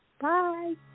Bye